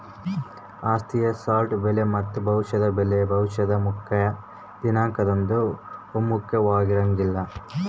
ಆಸ್ತಿಯ ಸ್ಪಾಟ್ ಬೆಲೆ ಮತ್ತು ಭವಿಷ್ಯದ ಬೆಲೆಯು ಭವಿಷ್ಯದ ಮುಕ್ತಾಯ ದಿನಾಂಕದಂದು ಒಮ್ಮುಖವಾಗಿರಂಗಿಲ್ಲ